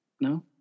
no